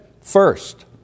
first